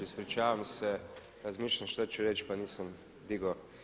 Ispričavam se, razmišljam šta ću reći pa nisam digao.